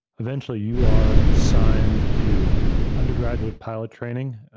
eventually, you are ah signed to undergraduate pilot training,